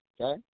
Okay